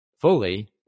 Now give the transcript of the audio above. fully